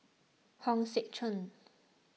Hong Sek Chern